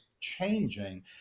changing